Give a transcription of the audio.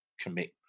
commit